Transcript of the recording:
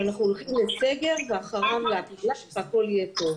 שאנחנו הולכים לסגר ואחריו הכול יהיה טוב.